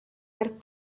are